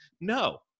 No